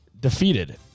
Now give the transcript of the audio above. defeated